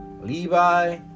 Levi